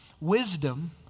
Wisdom